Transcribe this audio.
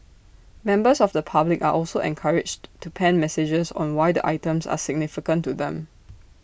members of the public are also encouraged to pen messages on why the items are significant to them